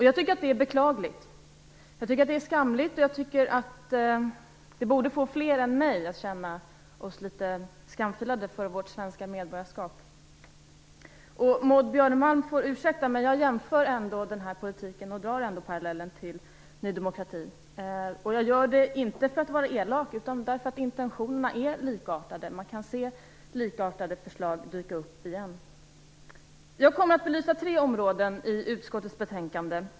Jag tycker att det är beklagligt och skamligt, och det borde få fler än mig att känna att vårt svenska medborgarskap är skamfilat. Maud Björnemalm får ursäkta, men jag jämför ändå den här politiken och drar parallellen till Ny demokrati, inte för att vara elak utan därför att intentionerna är likartade. Man kan se likartade förslag dyka upp igen. Jag kommer att belysa tre områden i utskottets betänkande.